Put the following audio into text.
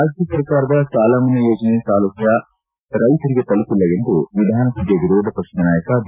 ರಾಜ್ನ ಸರ್ಕಾರದ ಸಾಲಮನ್ನಾ ಯೋಜನೆ ಸೌಲಭ್ಯ ರೈತರಿಗೆ ತಲುಪಿಲ್ಲ ಎಂದು ವಿಧಾನಸಭೆಯ ವಿರೋಧ ಪಕ್ಷದ ನಾಯಕ ಬಿ